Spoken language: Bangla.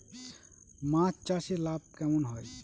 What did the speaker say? মাছ চাষে লাভ কেমন হয়?